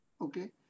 Okay